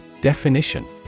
Definition